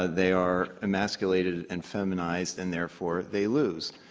ah they are emasculated and feminized and therefore they lose.